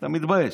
אתה מתבייש,